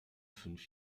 fünf